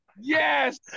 Yes